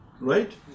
right